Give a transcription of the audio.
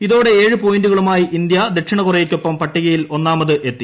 ഇതോടെ ഏഴ് പോയിന്റുമായി ഇന്തൃ ദക്ഷിണ കൊറിയയ്ക്കൊപ്പം പട്ടികയിൽ ഒന്നാമത് എത്തി